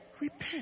repent